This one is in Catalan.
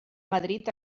madrid